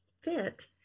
fit